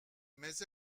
mais